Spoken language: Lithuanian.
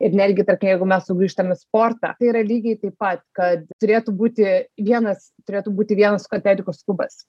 ir netgi tarkim jeigu mes sugrįžtam į sportą tai yra lygiai taip pat kad turėtų būti vienas turėtų būti vienas atletikos klubas